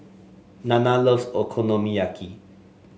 Nana loves Okonomiyaki